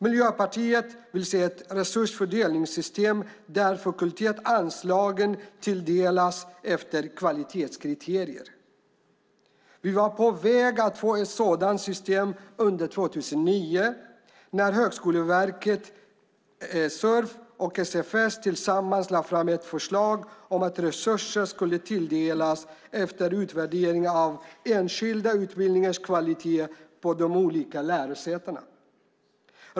Miljöpartiet vill se ett resursfördelningssystem där fakultetsanslagen tilldelas efter kvalitetskriterier. Vi var på väg att få ett sådant system under 2009 när Högskoleverket, SUHF och SFS tillsammans lade fram ett förslag om att resurser skulle fördelas efter utvärdering av enskilda utbildningars kvalitet på de olika lärosätena.